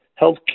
healthcare